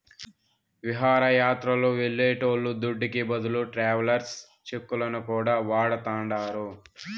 విహారయాత్రలు వెళ్లేటోళ్ల దుడ్డుకి బదులు ట్రావెలర్స్ చెక్కులను కూడా వాడతాండారు